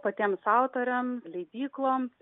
patiems autoriam leidyklom